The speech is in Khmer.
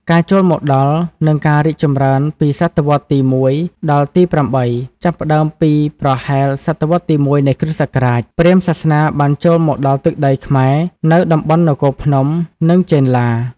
ការចូលមកដល់ និងការរីកចម្រើន ពីសតវត្សរ៍ទី ១ ដល់ទី ៨ ចាប់ផ្ដើមពីប្រហែលសតវត្សរ៍ទី ១ នៃគ.ស. ព្រាហ្មណ៍សាសនាបានចូលមកដល់ទឹកដីខ្មែរ នៅតំបន់នគរភ្នំ និងចេនឡា។